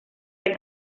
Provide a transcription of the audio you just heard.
red